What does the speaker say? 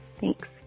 Thanks